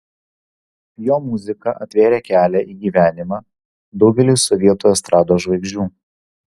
jo muzika atvėrė kelią į gyvenimą daugeliui sovietų estrados žvaigždžių